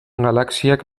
galaxiak